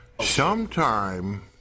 sometime